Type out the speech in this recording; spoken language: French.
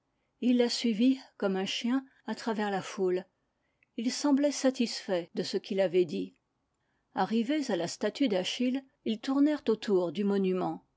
il la suivit comme un chien à travers la foule il semblait satisfait de ce qu'il avait dit arrivés à la statue d'achille ils tournèrent autour du monument